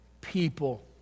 people